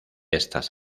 estas